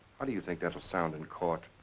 how do you think that will sound in court?